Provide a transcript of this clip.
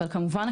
אבל כמובן,